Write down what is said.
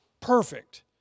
perfect